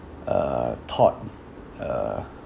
uh thought uh